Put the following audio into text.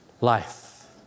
life